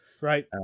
Right